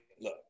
look